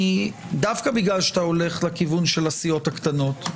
דווקא בגלל שאתה הולך לכיוון של הסיעות הקטנות,